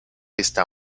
está